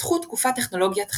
ופתחו תקופה טכנולוגית חדשה,